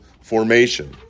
formation